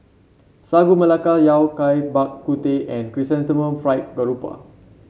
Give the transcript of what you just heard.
Sagu Melaka Yao Cai Bak Kut Teh and Chrysanthemum Fried Garoupa